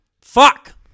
Fuck